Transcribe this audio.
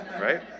right